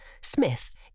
Smith